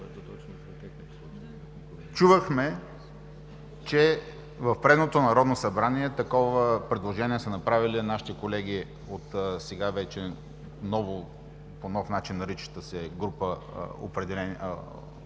Чувахме, че в предното Народно събрание такова предложение са направили нашите колеги от сега по нов начин наричаща се група „Обединени